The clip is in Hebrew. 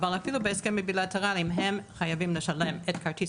אבל אפילו בהסכם בילטרלי הם חייבים לשלם את כרטיס